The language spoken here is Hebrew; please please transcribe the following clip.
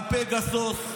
על פגסוס,